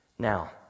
Now